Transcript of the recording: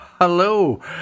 Hello